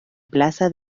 plaza